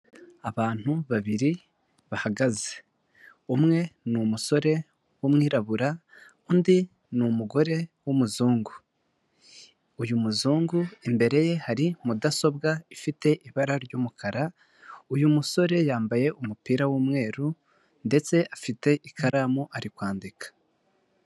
Abantu babiri bahagaze, umwe ni umusore w'umwirabura undi ni umugore w'umuzungu, uyu muzungu imbere ye hari mudasobwa ifite ibara ry'umukara, uyu musore yambaye umupira w'umweru ndetse afite ikaramu ari kwandika.